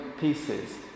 pieces